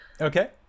Okay